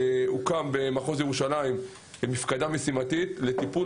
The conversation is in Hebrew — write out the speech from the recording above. במחוז ירושלים הוקמה מפקדה משימתית לטיפול